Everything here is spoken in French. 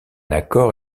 accord